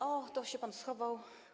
O, tu się pan schował.